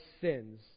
sins